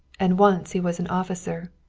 and once he was an officer,